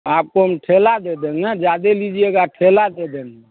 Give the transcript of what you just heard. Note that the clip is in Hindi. आपको हम ठेला दे देंगे ज़्यादा लीजिएगा ठेला दे देंगे